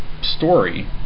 story